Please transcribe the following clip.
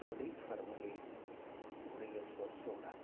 चोॾहीं फरवरी उणिवीह सौ सोरहं